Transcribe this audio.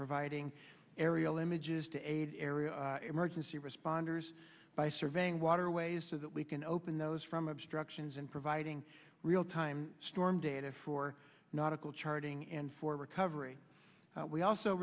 providing aerial images to aid area emergency responders by surveying waterways so that we can open those from obstructions and providing real time storm data for not equal charting and for recovery we also